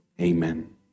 Amen